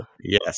yes